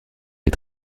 des